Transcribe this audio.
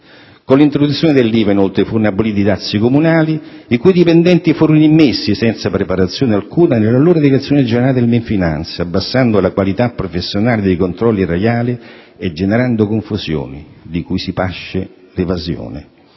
Con l'introduzione dell'IVA, inoltre, furono aboliti i dazi comunali i cui dipendenti furono immessi, senza preparazione alcuna, nelle allora Direzioni Generali del Ministero delle finanze, abbassando la qualità professionale dei controlli erariali e generando confusione, di cui si pasce l'evasione.